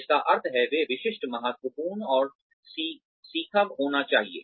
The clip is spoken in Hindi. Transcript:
जिसका अर्थ है वे विशिष्ट महत्वपूर्ण और खींचव होना चाहिए